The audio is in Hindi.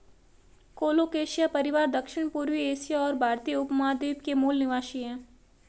कोलोकेशिया परिवार दक्षिणपूर्वी एशिया और भारतीय उपमहाद्वीप के मूल निवासी है